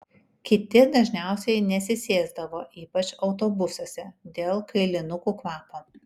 kiti dažniausiai nesisėsdavo ypač autobusuose dėl kailinukų kvapo